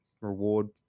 reward